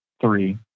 three